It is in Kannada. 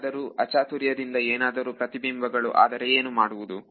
ಆದರೂ ಅಚಾತುರ್ಯದಿಂದ ಏನಾದರೂ ಪ್ರತಿಬಿಂಬಗಳು ಆದರೆ ಏನು ಮಾಡುವುದು